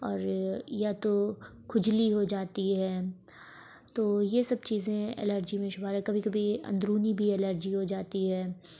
اور یا تو کھجلی ہو جاتی ہے تو یہ سب چیزیں الرجی میں شمار ہیں کبھی کبھی اندرونی بھی الرجی ہو جاتی ہے